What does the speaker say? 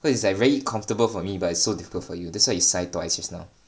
cause is like very comfortable for me but it's so difficult for you that's why you sigh twice just now